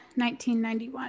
1991